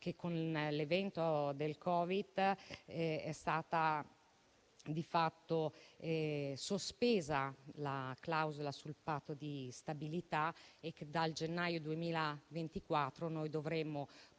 che con l'evento del Covid è stata di fatto sospesa la clausola sul Patto di stabilità e dal gennaio 2024, in questa